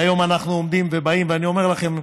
היום אנחנו עומדים ובאים, ואני אומר לכם: